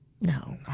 No